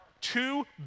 two